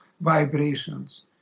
vibrations